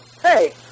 Hey